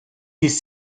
these